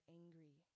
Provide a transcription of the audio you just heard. angry